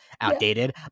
outdated